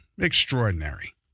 extraordinary